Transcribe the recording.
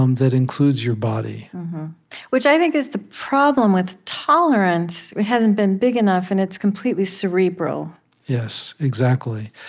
um that includes your body which i think is the problem with tolerance. it hasn't been big enough, and it's completely cerebral yes, exactly.